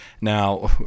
Now